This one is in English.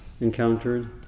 encountered